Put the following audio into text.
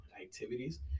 activities